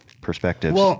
perspectives